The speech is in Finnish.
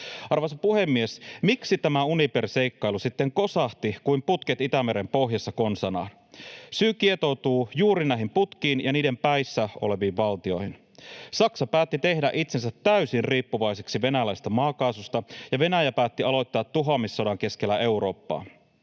Arvoisa puhemies! Miksi tämä Uniper-seikkailu sitten kosahti kuin putket Itämeren pohjassa konsanaan? Syy kietoutuu juuri näihin putkiin ja niiden päissä oleviin valtioihin. Saksa päätti tehdä itsensä täysin riippuvaiseksi venäläisestä maakaasusta, ja Venäjä päätti aloittaa tuhoamissodan keskellä Eurooppaa.